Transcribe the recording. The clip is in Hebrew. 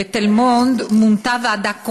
בתל מונד, מונתה ועדה קרואה.